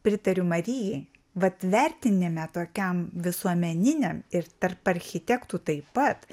pritariu marijai vat vertinime tokiam visuomeniniam ir tarp architektų taip pat